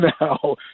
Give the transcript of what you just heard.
now